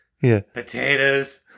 potatoes